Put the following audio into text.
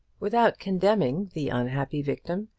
without condemning the unhappy victim,